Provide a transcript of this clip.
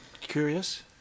curious